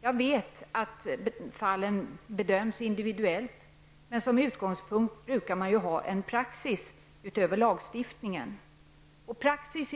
Jag vet att fallen bedöms individuellt, men som utgångspunkt brukar man utöver lagstiftningen ha en praxis.